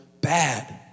bad